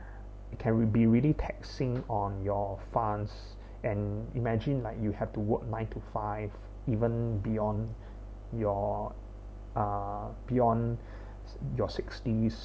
it can be really taxing on your funds and imagine like you have to work nine to five even beyond your uh beyond your sixties